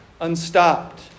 unstopped